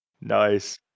Nice